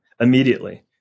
immediately